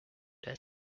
their